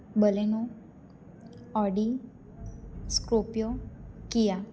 Baleno Audi scorpio Kia